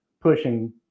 pushing –